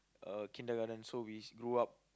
uh kindergarten so we grew up